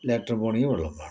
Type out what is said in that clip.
lavatory പോകണമെങ്കിൽ വെള്ളം വേണം